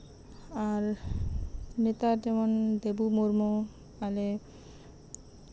ᱱᱮᱛᱟᱨ ᱡᱮᱢᱚᱱ ᱫᱮᱵᱩ ᱢᱩᱨᱢᱩ ᱟᱞᱮ